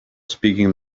speaking